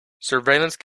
surveillance